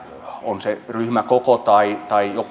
on se ryhmäkoko tai joku niin kuin